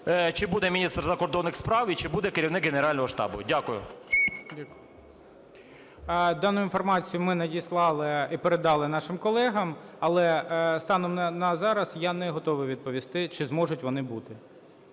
Чи буде міністр закордонних справ і чи буде керівник Генерального штабу? Дякую. ГОЛОВУЮЧИЙ. Дану інформацію ми надіслали і передали нашим колегам. Але станом на зараз я не готовий відповісти, чи зможуть вони бути.